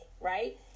right